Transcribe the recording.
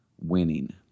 winning